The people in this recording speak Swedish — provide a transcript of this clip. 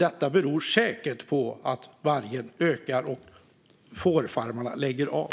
Detta beror säkert på att vargen ökar och fårfarmarna lägger av.